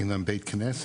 אין להם בית כנסת,